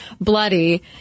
bloody